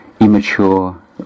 immature